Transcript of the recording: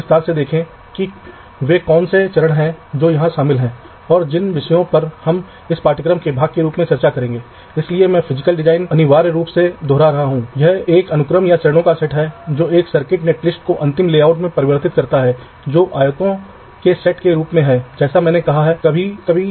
प्रतिरोधकता छोटी और जो भी संभव हो हम प्लेनर सिंगल लेयर कार्यान्वयन के लिए जाते हैं हम तार कनेक्शन को कम करने की कोशिश करेंगे जब तक कि यह अत्यंत आवश्यक न हो